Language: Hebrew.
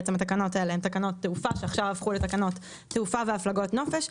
כי התקנות האלו הן תקנות תעופה שעכשיו הפכו לתקנות תעופה והפלגות נופש.